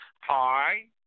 Hi